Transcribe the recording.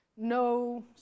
No